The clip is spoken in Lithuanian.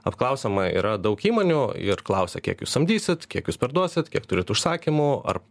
apklausiama yra daug įmonių ir klausia kiek jūs samdysit kiek jūs parduosit kiek turit užsakymų ar